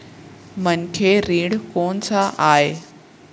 मनखे ऋण कोन स आय?